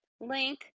link